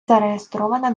зареєстрована